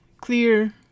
clear